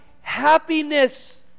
happiness